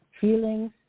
feelings